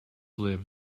live